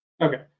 Okay